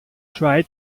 try